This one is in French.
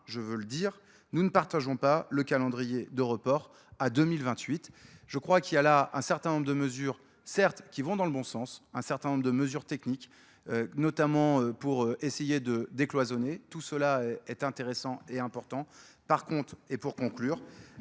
je veux le dire, nous ne partageons pas le calendrier de report à 2028. Je crois qu'il y a là un certain nombre de mesures, certes, qui vont dans le bon sens, un certain nombre de mesures techniques, notamment pour essayer de décloisonner. Tout cela est intéressant et important. Par contre, et pour conclure,